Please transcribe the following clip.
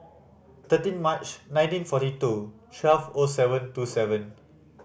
thirteen March nineteen forty two twelve O seven two seven